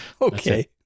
Okay